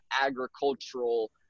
agricultural